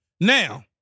Now